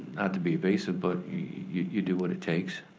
not to be evasive, but you do what it takes.